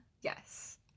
Yes